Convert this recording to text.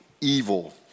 Evil